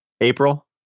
April